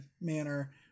manner